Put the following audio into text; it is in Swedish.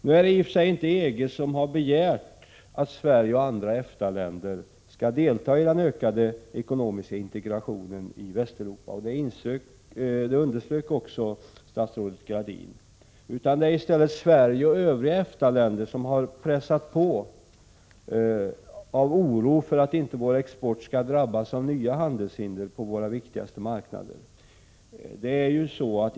Nu är det i och för sig inte EG som har begärt att Sverige och andra EFTA-länder skall delta i den ökade ekonomiska integrationen i Västeuropa — det underströk också statsrådet Gradin — utan det är i stället Sverige och övriga EFTA-länder som har pressat på, av oro för att vår export skall drabbas av nya handelshinder på våra viktigaste marknader.